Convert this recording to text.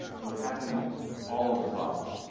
and it was happening all over the province.